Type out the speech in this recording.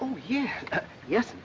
oh yes